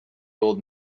old